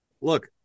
look